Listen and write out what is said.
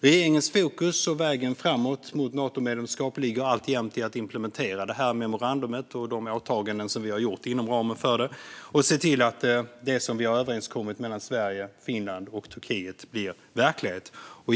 Regeringens fokus och vägen framåt mot Natomedlemskap ligger alltjämt i att implementera memorandumet och de åtaganden som vi har gjort inom ramen för detta samt se till att det som vi har överenskommit mellan Sverige, Finland och Turkiet blir verklighet.